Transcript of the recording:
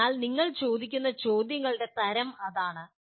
അതിനാൽ നിങ്ങൾ ചോദിക്കുന്ന ചോദ്യങ്ങളുടെ തരം അതാണ്